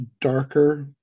darker